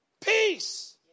Peace